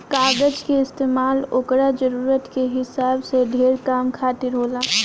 कागज के इस्तमाल ओकरा जरूरत के हिसाब से ढेरे काम खातिर होला